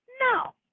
no